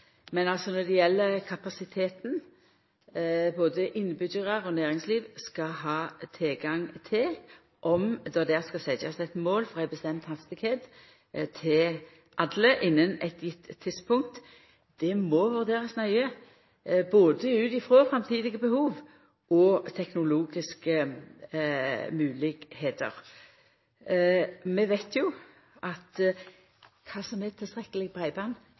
Men når det gjeld kapasiteten – både innbyggjarar og næringsliv skal ha tilgang til dette, og om det skal setjast eit mål om ei bestemt hastigheit til alle innan eit visst tidspunkt, må det vurderast nøye både ut frå framtidige behov og teknologiske moglegheiter. Vi veit jo at kva som er tilstrekkeleg breiband,